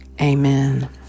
Amen